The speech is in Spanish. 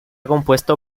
compuesto